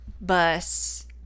bus